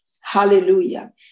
Hallelujah